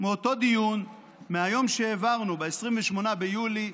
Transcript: מאותו דיון מ-28 ביולי,